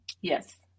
Yes